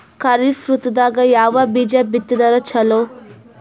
ಖರೀಫ್ ಋತದಾಗ ಯಾವ ಬೀಜ ಬಿತ್ತದರ ಚಲೋ?